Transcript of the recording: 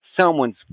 someone's